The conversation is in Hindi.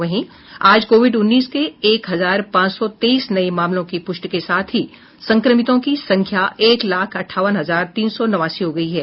वहीं आज कोविड उन्नीस के एक हजार पांच सौ तेईस नये मामलों की प्रष्टि के साथ ही संक्रमितों की संख्या एक लाख अंठावन हजार तीन सौ नवासी हो गयी है